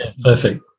perfect